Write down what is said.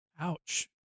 Ouch